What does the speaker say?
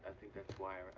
think that's why